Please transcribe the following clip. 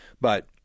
but-